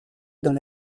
dans